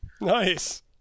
Nice